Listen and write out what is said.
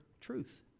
truth